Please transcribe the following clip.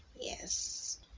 yes